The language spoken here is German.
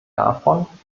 davon